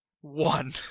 One